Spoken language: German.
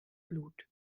blut